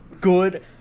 good